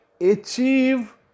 achieve